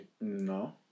no